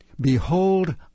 Behold